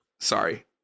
Sorry